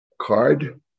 card